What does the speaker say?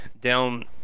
down